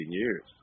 years